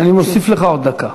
אני מוסיף לך עוד דקה.